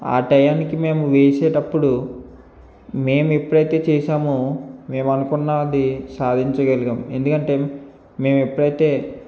ఆ టైంకి మేము వేసేటప్పుడు మేము ఎప్పుడైతే చేశామో మేము అనుకున్నాది సాధించగలిగాం ఎందుకంటే మేము ఎప్పుడైతే